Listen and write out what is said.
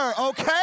okay